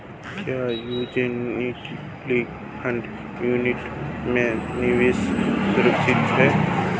क्या mutual fund unit में निवेश सुरक्षित है?